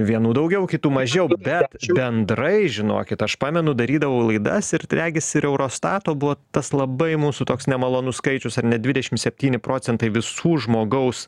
vienų daugiau kitų mažiau bet bendrai žinokit aš pamenu darydavau laidas ir regis ir eurostato buvo tas labai mūsų toks nemalonus skaičius ar ne dvidešim septyni procentai visų žmogaus